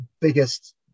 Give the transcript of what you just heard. biggest